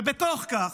ובתוך כך,